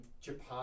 Japan